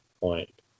point